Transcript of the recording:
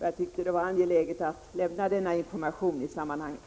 Jag tyckte att det var angeläget att lämna denna information i sammanhanget.